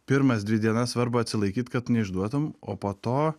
pirmas dvi dienas svarbu atsilaikyt kad neišduotum o po to